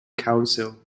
council